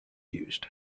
used